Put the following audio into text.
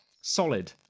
Solid